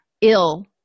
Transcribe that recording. ill